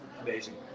amazing